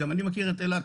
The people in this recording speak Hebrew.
גם אני מכיר את אילת,